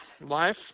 life